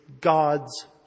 God's